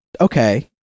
okay